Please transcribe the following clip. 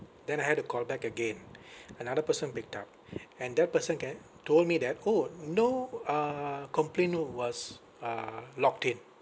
then I had to call back again another person picked up and that person kay told me that orh no uh complaint no was uh locked in